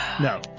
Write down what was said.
No